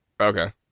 Okay